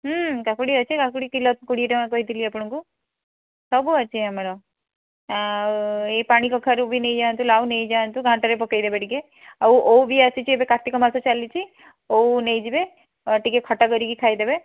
କାକୁଡ଼ି ଅଛି କାକୁଡ଼ି କିଲୋ କୋଡ଼ିଏ ଟଙ୍କା କହିଥିଲି ଆପଣଙ୍କୁ ସବୁ ଅଛି ଆମର ଏଇ ପାଣିକଖାରୁ ବି ନେଇଯାଆନ୍ତୁ ଲାଉ ନେଇଯାଆନ୍ତୁ ଘାଣ୍ଟରେ ପକାଇଦେବେ ଟିକିଏ ଆଉ ଓଉ ବି ଆସିଛି ଏବେ କାର୍ତ୍ତିକ ମାସ ଚାଲିଛି ଓଉ ନେଇଯିବେ ଟିକିଏ ଖଟା କରିକି ଖାଇଦେବେ